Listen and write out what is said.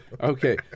Okay